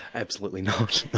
absolutely not,